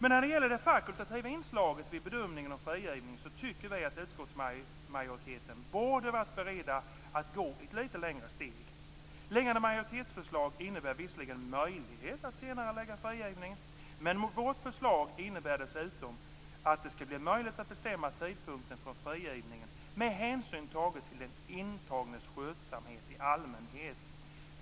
När det gäller det fakultativa inslaget vid bedömningen av frigivning tycker vi dock att utskottsmajoriteten borde ha varit beredda att gå ett litet steg längre. Föreliggande majoritetsförslag innebär visserligen möjlighet att senarelägga frigivningen. Men vårt förslag innebär dessutom att det skall bli möjligt att bestämma tidpunkten för frigivning med hänsyn tagen till den intagnes skötsamhet i allmänhet.